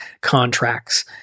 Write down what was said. contracts